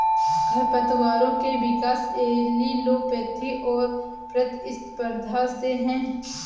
खरपतवारों के विकास एलीलोपैथी और प्रतिस्पर्धा से है